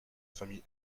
famille